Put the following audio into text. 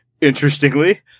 Interestingly